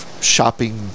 shopping